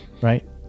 right